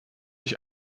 ich